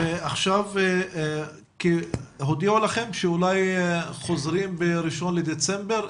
עכשיו הודיעו לכם שאולי חוזרים ב-1 לדצמבר,